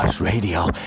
Radio